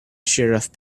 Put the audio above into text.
sheriff